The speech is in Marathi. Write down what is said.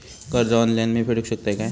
कर्ज ऑनलाइन मी फेडूक शकतय काय?